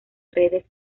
redes